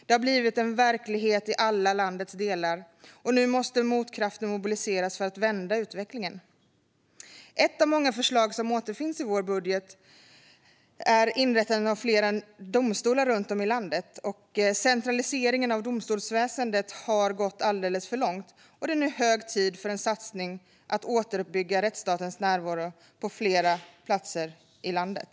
Det har blivit verklighet i landets alla delar, och nu måste motkrafter mobiliseras för att vända utvecklingen. Ett av många förslag som återfinns i vår budget gäller inrättande av fler domstolar runt om i landet. Centraliseringen av domstolsväsendet har gått alldeles för långt, och det är nu hög tid för en satsning på att återuppbygga rättsstatens närvaro på fler platser i landet.